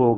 होगा